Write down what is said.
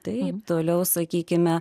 taip toliau sakykime